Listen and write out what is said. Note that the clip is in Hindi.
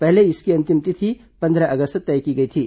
पहले इसकी अंतिम तिथि पंद्रह अगस्त तय की गई थी